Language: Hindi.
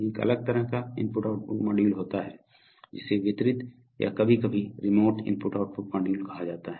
एक अलग तरह का IO मॉड्यूल होता है जिसे वितरित या कभी कभी रिमोट IO मॉड्यूल कहा जाता है